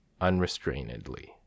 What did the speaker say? unrestrainedly